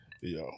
Yo